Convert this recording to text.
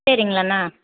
சரிங்களாண்ணா